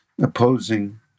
opposing